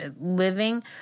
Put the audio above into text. living